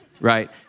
right